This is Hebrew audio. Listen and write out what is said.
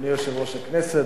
אדוני יושב-ראש הכנסת,